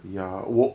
ya 我